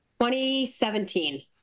2017